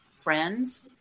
friends